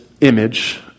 image